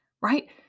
Right